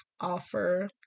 offer